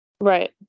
right